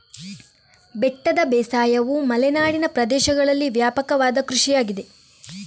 ಬೆಟ್ಟದ ಬೇಸಾಯವು ಮಲೆನಾಡಿನ ಪ್ರದೇಶಗಳಲ್ಲಿ ವ್ಯಾಪಕವಾದ ಕೃಷಿಯಾಗಿದೆ